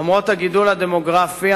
למרות הגידול הדמוגרפי,